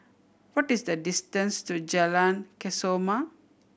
what is the distance to Jalan Kesoma